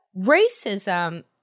racism